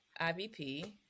IVP